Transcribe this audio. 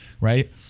right